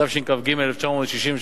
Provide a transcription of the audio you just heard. התשכ"ג 1963,